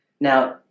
Now